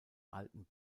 alten